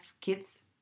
kids